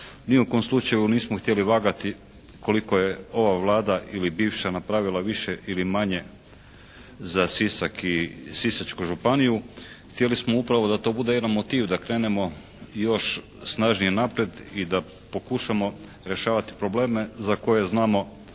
ni u kom slučaju nismo htjeli vagati koliko je ova Vlada ili bivša napravila više ili manje za Sisak i Sisačku županiju. Htjeli smo upravo da to bude jedan motiv, da krenemo još snažnije naprijed i da pokušamo rješavati probleme za koje znamo